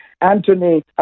Anthony